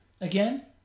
Again